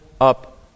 up